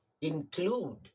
include